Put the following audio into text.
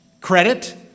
credit